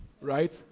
right